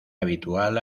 habitual